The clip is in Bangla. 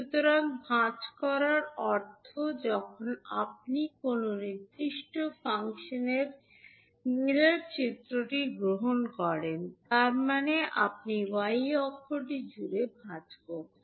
সুতরাং ফোল্ডিং করার অর্থ যখন আপনি কোনও নির্দিষ্ট ফাংশনের মিরর চিত্রটি গ্রহণ করেন তার মানে আপনি y অক্ষটি জুড়ে ফোল্ডিং করছেন